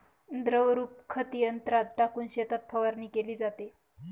द्रवरूप खत यंत्रात टाकून शेतात फवारणी केली जाते